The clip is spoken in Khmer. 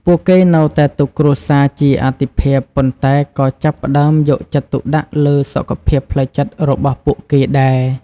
ពួកគេនៅតែទុកគ្រួសារជាអាទិភាព ប៉ុន្តែក៏ចាប់ផ្ដើមយកចិត្តទុកដាក់លើសុខភាពផ្លូវចិត្តរបស់ពួកគេដែរ។